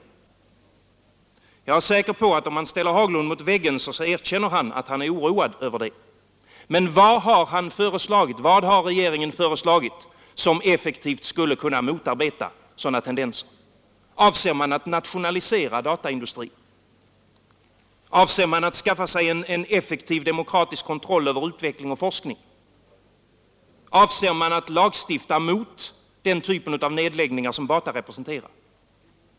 Jag är säker på att om man ställer herr Haglund mot väggen så erkänner han att han är oroad över det. Men vad har han föreslagit? Vad har regeringen föreslagit som effektivt skulle kunna motarbeta sådana tendenser? Avser man att nationalisera dataindustrin? Avser man att skaffa sig en effektiv demokratisk kontroll över utveckling och forskning? Avser man att lagstifta mot den typ av nedläggningar som Bata representerar?